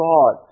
God